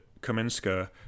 Kaminska